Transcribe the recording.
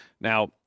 Now